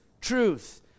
truth